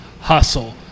hustle